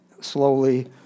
slowly